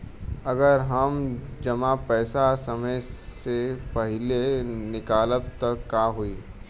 अगर हम जमा पैसा समय से पहिले निकालब त का होई?